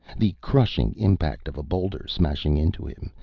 the crushing impact of a boulder smashing into him,